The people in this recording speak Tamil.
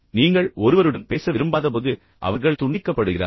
நீங்கள் ஒருவருடன் பேச விரும்பாதபோது அவர்கள் முற்றிலும் துண்டிக்கப்படுகிறார்கள்